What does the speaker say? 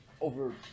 over